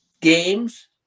games